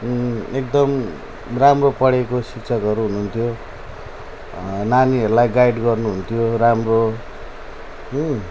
एकदम राम्रो पढेको शिक्षकहरू हुनुहुन्थ्यो नानीहरूलाई गाइड गर्नुहुन्थ्यो राम्रो